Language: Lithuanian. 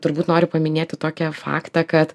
turbūt noriu paminėti tokią faktą kad